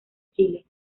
chile